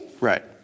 Right